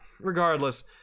regardless